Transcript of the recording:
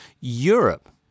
Europe